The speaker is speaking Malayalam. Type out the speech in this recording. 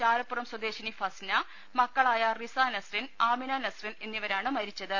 ചാലപ്പുറം സ്വദേശിനി ഫസ്ന മക്കളായ റിസ നസ്റിൻ ആമിന നസ്റിൻ എന്നിവരാണ് മരിച്ചത്